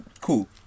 Cool